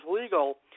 legal